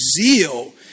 zeal